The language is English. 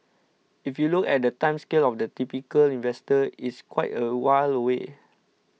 if you look at the time scale of the typical investor it's quite a while away